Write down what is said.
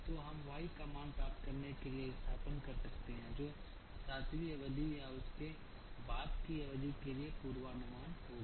तो हम y का मान प्राप्त करने के लिए स्थानापन्न कर सकते हैं जो सातवीं अवधि या उसके बाद की अवधि के लिए पूर्वानुमान होगा